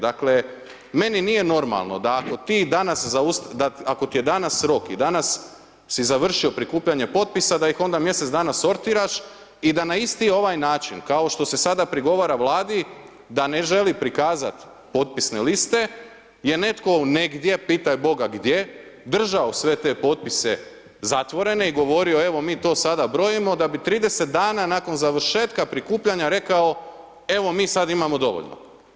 Dakle meni nije normalno da ako ti danas, da ako ti je danas rok i danas si završio prikupljanje potpisa da ih onda mjesec dana sortiraš i da na isti ovaj način kao što se sada prigovara Vladi da ne želi prikazati potpisne liste je netko negdje pitaj Boga gdje državo sve te potpise zatvorene i govorio evo mi to sada brojimo da bi 30 dana nakon završetka prikupljanja rekao evo mi sad imamo dovoljno.